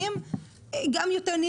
--- אני איתכם,